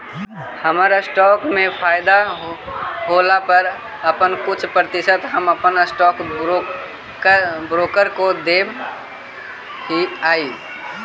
हमर स्टॉक्स में फयदा होला पर अपन कुछ प्रतिशत हम अपन स्टॉक ब्रोकर को देब हीअई